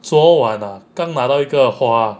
昨晚 ah 刚拿到一个花